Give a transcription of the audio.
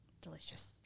Delicious